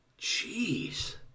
Jeez